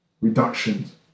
reductions